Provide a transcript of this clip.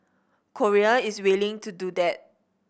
Korea is willing to do that